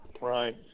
Right